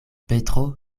petro